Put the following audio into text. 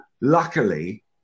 luckily